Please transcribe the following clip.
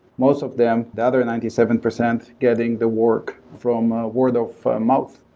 most of them the other ninety seven percent getting the work from ah word of mouth.